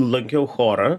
lankiau chorą